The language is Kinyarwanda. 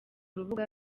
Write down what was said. rubuga